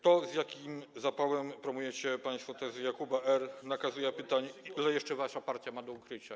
To, z jakim zapałem promujecie państwo tezy Jakuba R., nakazuje, aby zapytać, ile jeszcze wasza partia ma do ukrycia.